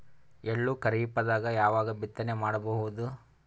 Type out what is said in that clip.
ಎಳ್ಳು ಖರೀಪದಾಗ ಯಾವಗ ಬಿತ್ತನೆ ಮಾಡಬಹುದು?